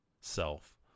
self